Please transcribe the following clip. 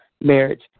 marriage